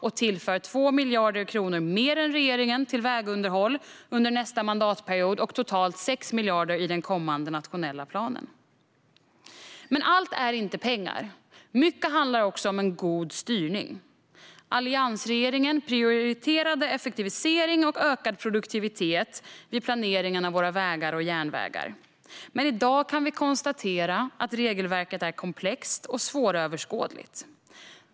Vi tillför 2 miljarder kronor mer än regeringen till vägunderhåll under nästa mandatperiod och totalt 6 miljarder i den kommande nationella planen. Men allt är inte pengar. Mycket handlar om en god styrning. Alliansregeringen prioriterade effektivisering och ökad produktivitet i planeringen av våra vägar och järnvägar. I dag kan vi dock konstatera att regelverket är komplext och svåröverskådligt.